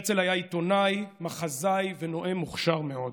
הרצל היה עיתונאי, מחזאי ונואם מוכשר מאוד,